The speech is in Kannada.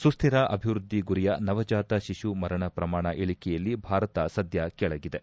ಸುಸ್ಹಿರ ಅಭಿವೃದ್ದಿ ಗುರಿಯ ನವಜಾತಶಿಶು ಮರಣ ಪ್ರಮಾಣ ಇಳಿಕೆಯಲ್ಲಿ ಭಾರತ ಸದ್ದ ಕೆಳಗಿದೆ